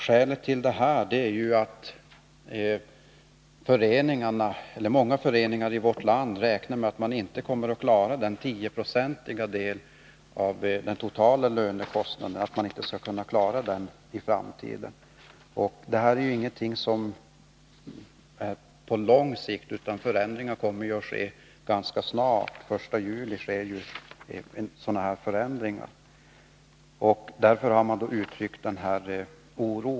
Skälet är att många föreningar i vårt land inte räknar med att i framtiden kunna klara den 10-procentiga andelen av den totala lönekostnaden. Den 1 juli sker sådana förändringar, och därför har man uttryckt sin oro.